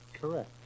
Correct